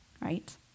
right